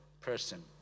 person